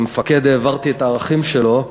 כמפקד העברתי את הערכים שלו,